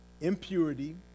impurity